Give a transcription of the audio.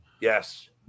Yes